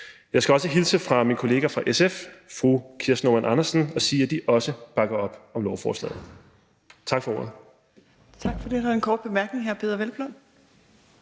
Jeg skal også hilse fra min kollega fra SF, fru Kirsten Normann Andersen, og sige, at de også bakker op om lovforslaget. Tak for ordet. Kl. 16:03 Fjerde næstformand (Trine Torp):